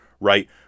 right